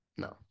No